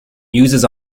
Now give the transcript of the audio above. muses